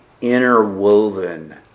interwoven